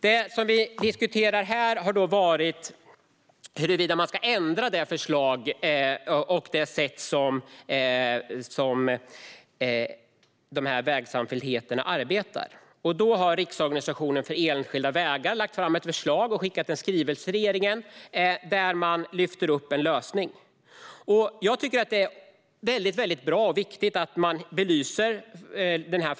Det vi diskuterar här har rört huruvida man ska ändra förslaget och det sätt som vägsamfälligheterna arbetar på. Riksförbundet Enskilda Vägar har lagt fram ett förslag och skickat en skrivelse till regeringen där man lyfter upp en lösning. Jag tycker att det är bra och viktigt att man belyser frågan.